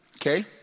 okay